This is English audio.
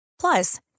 Plus